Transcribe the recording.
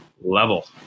level